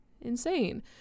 insane